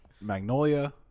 Magnolia